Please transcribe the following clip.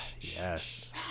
yes